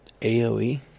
AOE